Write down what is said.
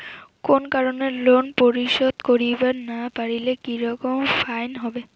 কোনো কারণে লোন পরিশোধ করিবার না পারিলে কি রকম ফাইন হবে?